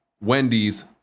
Wendy's